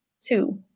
two